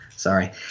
Sorry